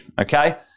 Okay